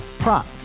Prop